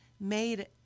made